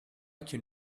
can